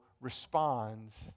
responds